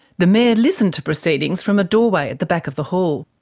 the mayor listened to proceedings from a doorway at the back of the hall.